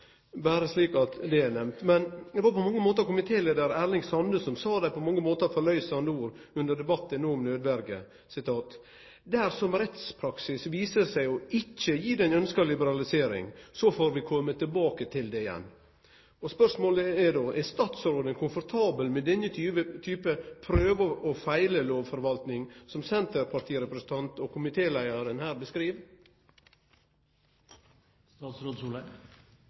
berre slik at det er nemnt. Men det var Erling Sande som sa dei på mange måtar forløysande orda under debatten no om nødverje, at dersom rettspraksis viser seg ikkje å gi den ønskte liberaliseringa, får vi kome tilbake til det igjen. Spørsmålet er då: Er statsråden komfortabel med denne type prøve-og-feile-lovforvaltinga som senterpartirepresentanten og komitéleiaren beskriv her? Ja, jeg er 100 pst. komfortabel med hva Erling Sande sier, både i dette og